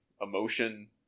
emotion